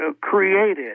created